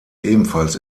ebenfalls